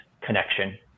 connection